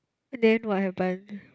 and then what happen